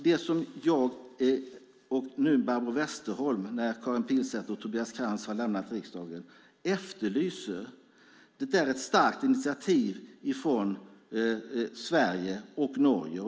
Det som jag och nu Barbro Westerholm, när Karin Pilsäter och Tobias Krantz har lämnat riksdagen, efterlyser är ett starkt initiativ från Sverige och Norge.